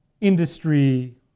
industry